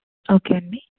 okay